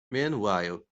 meanwhile